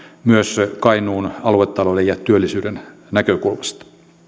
myös kainuun aluetalouden ja työllisyyden näkökulmasta